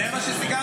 זה מה שסיכמנו.